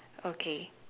okay